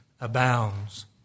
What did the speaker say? abounds